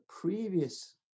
previous